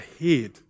ahead